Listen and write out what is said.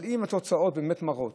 אבל אם התוצאות באמת מראות